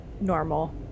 normal